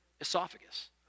esophagus